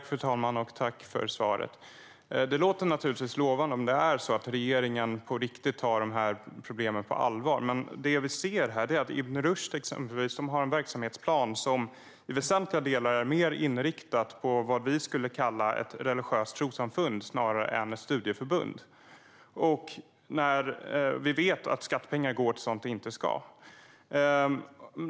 Fru talman! Jag tackar för svaret. Det låter naturligtvis lovande om regeringen på riktigt tar dessa problem på allvar. Men det som vi ser är exempelvis att Ibn Rushd har en verksamhetsplan som i väsentliga delar är mer inriktad på vad vi skulle kalla ett religiöst trossamfund än ett studieförbund och att skattepengar går till sådant som de inte ska gå till.